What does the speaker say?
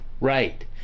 right